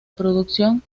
producción